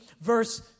verse